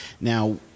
Now